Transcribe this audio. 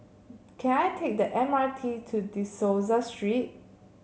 can I take the M R T to De Souza Street